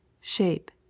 shape